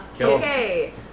Okay